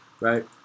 right